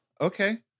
Okay